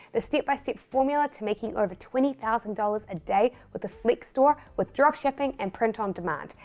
the step-by-step formula to making over twenty thousand dollars a day with a flex store with drop shipping and print on demand.